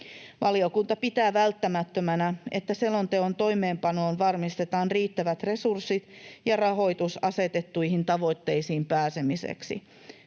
Valiokunta pitää välttämättömänä, että selonteon toimeenpanoon varmistetaan riittävät resurssit ja rahoitus asetettuihin tavoitteisiin pääsemiseksi.